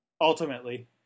Ultimately